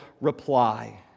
reply